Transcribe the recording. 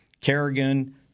Kerrigan